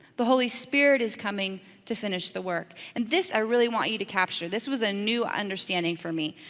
the holy spirit is coming to finish the work. and this i really want you to capture. this was a new understanding for me,